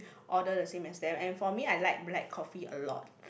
order the same as them and for me I like black coffee a lot